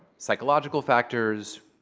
psychological factors,